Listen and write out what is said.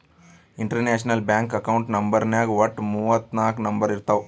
international bank account ನಂಬರ್ನಾಗ್ ವಟ್ಟ ಮೂವತ್ ನಾಕ್ ನಂಬರ್ ಇರ್ತಾವ್